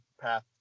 path